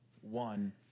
one